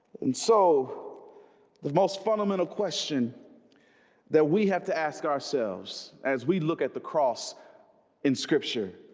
and so the most fundamental question that we have to ask ourselves as we look at the cross in scripture